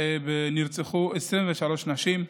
נרצחו 23 נשים,